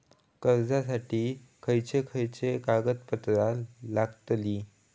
कर्जासाठी खयचे खयचे कागदपत्रा लागतली?